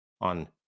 on